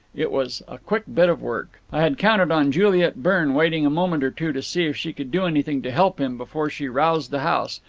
it was a quick bit of work. i had counted on juliet byrne waiting a moment or two to see if she could do anything to help him before she roused the house,